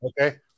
Okay